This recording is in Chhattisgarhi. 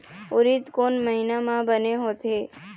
उरीद कोन महीना म बने होथे?